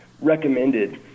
recommended